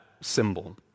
symbol